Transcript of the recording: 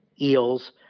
eels